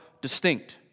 distinct